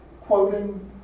quoting